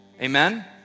Amen